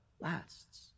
lasts